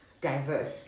diverse